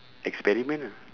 experiment ah